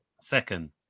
Second